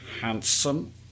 handsome